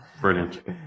Brilliant